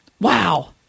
Wow